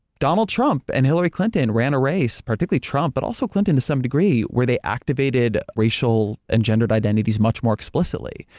donald trump and hillary clinton ran a race, particularly trump but also clinton to some degree, where they activated racial and gendered identities much more explicitly.